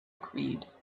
creed